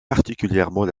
particulièrement